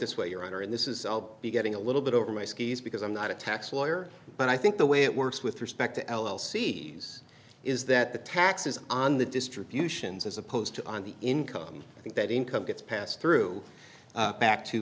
this way your honor in this is be getting a little bit over my skis because i'm not a tax lawyer but i think the way it works with respect to l l c s is that the taxes on the distributions as opposed to on the income i think that income gets passed through back to